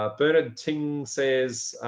ah bernard ting says,